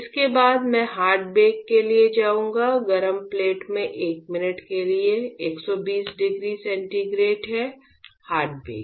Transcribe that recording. इसके बाद मैं हार्ड बेक के लिए जाऊंगा गरम प्लेट में 1 मिनट के लिए 120 डिग्री सेंटीग्रेड है हार्ड बेक